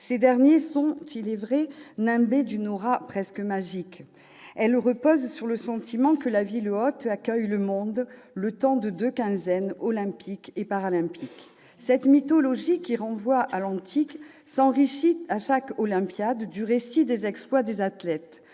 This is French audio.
ces derniers sont nimbés d'une aura presque magique, qui repose sur le sentiment que la ville hôte accueille le monde, le temps de deux quinzaines, olympique et paralympique. Cette mythologie, qui renvoie à l'antique, s'enrichit à chaque olympiade du récit des exploits des athlètes,